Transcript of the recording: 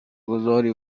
گذاری